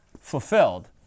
Fulfilled